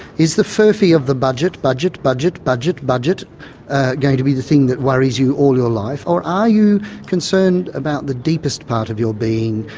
is the furphy of the budget, budget, budget, budget, budget going to be the thing that worries you all your life, or are you concerned about the deepest part of your being,